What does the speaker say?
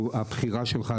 הבחירה שלך,